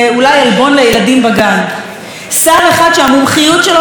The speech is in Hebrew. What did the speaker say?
שר אחד שהמומחיות שלו היא חרחור מלחמה, השר בנט.